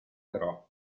però